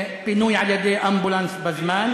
פינוי על-ידי אמבולנס בזמן.